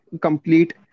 complete